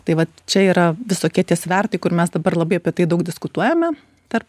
tai vat čia yra visokie tie svertai kur mes dabar labai apie tai daug diskutuojame tarp